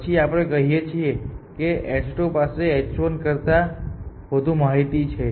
પછી આપણે કહીએ છીએ કે h2 પાસે h1 કરતા વધુ માહિતી છે